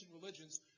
religions